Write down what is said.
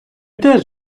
теж